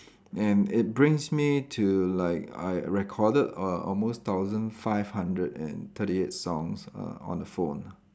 and it brings me to like I recorded err almost thousand five hundred and thirty eight songs err on the phone